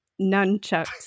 nunchucks